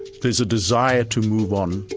there's a desire to move on.